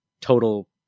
total